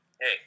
Hey